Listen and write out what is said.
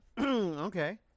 Okay